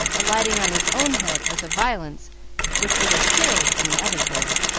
alighting on his own head with a violence which would have killed any other boy.